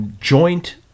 Joint